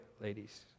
ladies